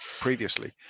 previously